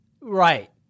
right